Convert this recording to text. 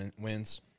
wins